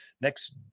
next